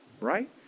Right